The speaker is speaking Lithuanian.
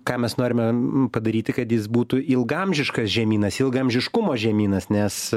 ką mes norime padaryti kad jis būtų ilgaamžiškas žemynas ilgaamžiškumo žemynas nes